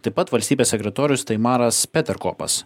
taip pat valstybės sekretorius taimaras peterkopas